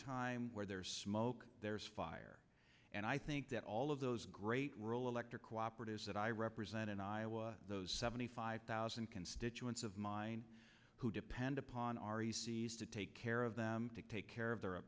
oftentimes where there's smoke there's fire and i think that all of those great role electric cooperatives that i represent in iowa those seventy five thousand constituents of mine who depend upon our e c s to take care of them to take care of their